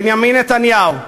בנימין נתניהו,